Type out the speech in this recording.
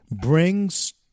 brings